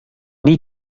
need